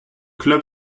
club